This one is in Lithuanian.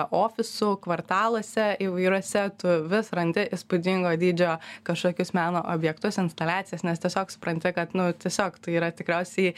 ofisų kvartaluose įvairiuose tu vis randi įspūdingo dydžio kažkokius meno objektus instaliacijas nes tiesiog supranti kad nu tiesiog tai yra tikriausiai